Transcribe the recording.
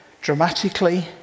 dramatically